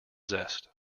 zest